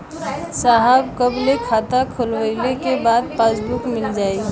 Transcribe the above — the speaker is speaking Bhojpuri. साहब कब ले खाता खोलवाइले के बाद पासबुक मिल जाई?